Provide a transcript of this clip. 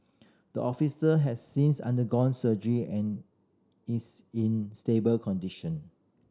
the officer has since undergone surgery and is in stable condition